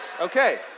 Okay